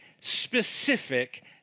specific